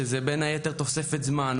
בין היתר זה תוספת זמן,